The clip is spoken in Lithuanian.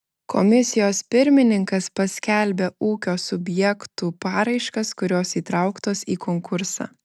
komisijos pirmininkas paskelbia ūkio subjektų paraiškas kurios įtrauktos į konkursą